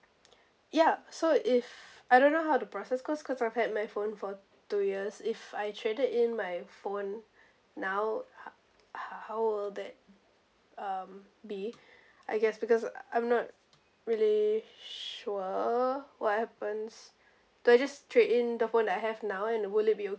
ya so if I don't know how to process cause cause I've had my phone for two years if I traded in my phone now how how will that um be I guess because I'm not really sure what happens do I just trade in the phone that I have now and would it be okay